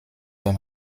den